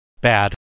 Bad